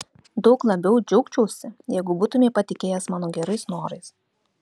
daug labiau džiaugčiausi jeigu būtumei patikėjęs mano gerais norais